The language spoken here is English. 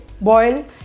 boil